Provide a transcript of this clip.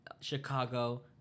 Chicago